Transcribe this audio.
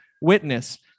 Witness